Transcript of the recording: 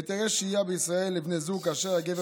היתרי שהייה בישראל לבני זוג כאשר הגבר